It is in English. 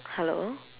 hello